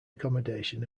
accommodation